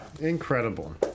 Incredible